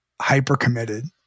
hyper-committed